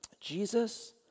Jesus